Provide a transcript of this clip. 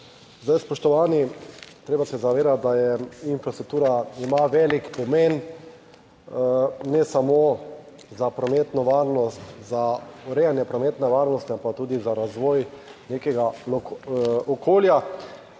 Zdaj, spoštovani treba se je zavedati, da je infrastruktura ima velik pomen ne samo za prometno varnost, za urejanje prometne varnosti, ampak tudi za razvoj nekega okolja.